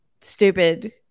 stupid